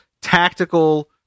tactical